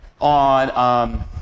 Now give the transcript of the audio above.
On